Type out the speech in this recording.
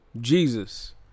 Jesus